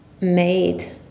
made